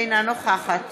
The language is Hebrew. אינה נוכחת